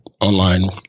online